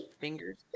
fingers